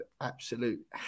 absolute